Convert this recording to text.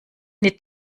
nicht